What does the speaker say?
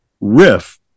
riff